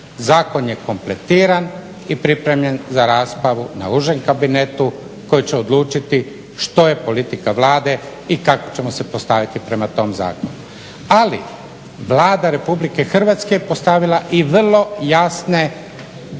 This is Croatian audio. Zakon je kompletiran i pripremljen za raspravu na užem kabinetu koji će odlučiti što je politika Vlade i kako ćemo se postaviti prema tom zakonu. Ali Vlada RH postavila i vrlo jasne